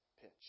pitch